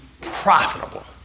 profitable